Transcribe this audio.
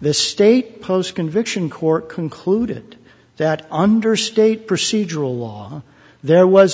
this state post conviction court concluded that under state procedural law there was